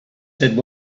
said